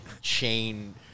chain